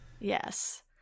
yes